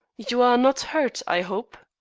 you are not hurt, i hope?